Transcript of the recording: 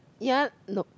ya nope